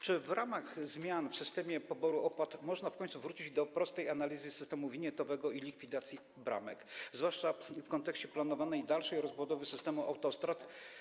Czy w ramach zmian w systemie poboru opłat można w końcu wrócić do prostej analizy systemu winietowego i likwidacji bramek, zwłaszcza w kontekście planowanej dalszej rozbudowy systemu autostrad?